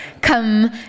come